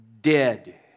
dead